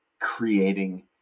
creating